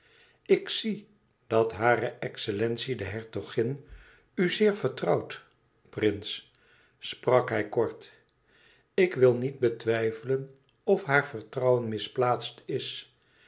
ik zie dat hare excellentie de hertogin u zeer vertrouwt prins sprak hij kort ik wil niet betwijfelen of haar vertrouwen misplaatst is